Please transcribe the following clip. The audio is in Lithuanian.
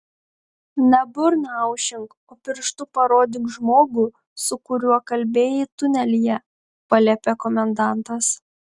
ne burną aušink o pirštu parodyk žmogų su kuriuo kalbėjai tunelyje paliepė komendantas